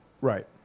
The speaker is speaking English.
Right